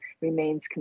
remains